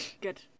Good